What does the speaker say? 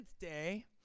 day